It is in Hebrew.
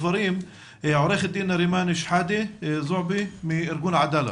עו"ד נארימאן שחאדה זועבי מארגון עדאללה,